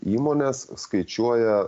įmonės skaičiuoja